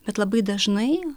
bet labai dažnai